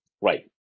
Right